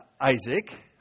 Isaac